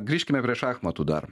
grįžkime prie šachmatų dar